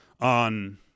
on